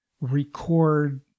record